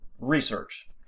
research